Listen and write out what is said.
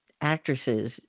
actresses